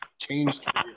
changed